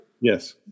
Yes